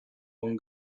one